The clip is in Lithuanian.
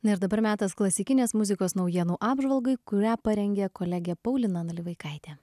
na ir dabar metas klasikinės muzikos naujienų apžvalgai kurią parengė kolegė paulina nalivaikaitė